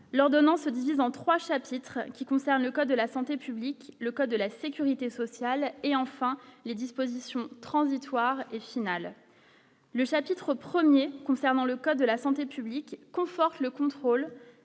l'ordonnance se divise en 3 chapitres qui concernent le code de la santé publique, le code de la sécurité sociale, et enfin les dispositions transitoires et finales le chapitre 1er concernant le code de la santé publique, conforte le contrôle